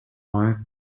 line